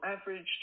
average